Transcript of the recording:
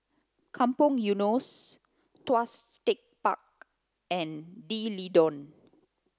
Kampong Eunos Tuas Tech Park and D'Leedon